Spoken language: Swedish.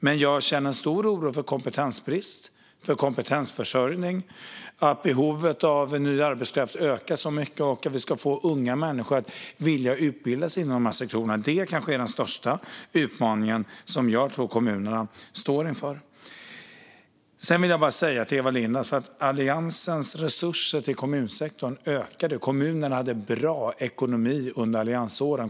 Men jag känner en stor oro för kompetensbrist och kompetensförsörjning och för att behovet av ny arbetskraft ökar så mycket samt hur vi ska få unga människor att vilja utbilda sig inom dessa sektorer. Det är kanske den största utmaningen som kommunerna står inför. Sedan vill jag säga till Eva Lindh att Alliansens resurser till kommunsektorn ökade. Kommunerna hade bra ekonomi under alliansåren.